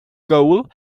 goal